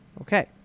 Okay